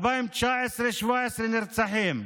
2019 17 נרצחים,